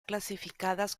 clasificadas